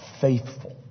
faithful